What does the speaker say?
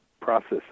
process